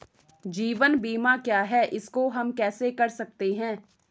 जीवन बीमा क्या है इसको हम कैसे कर सकते हैं?